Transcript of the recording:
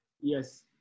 Yes